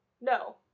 No